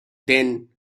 then